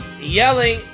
yelling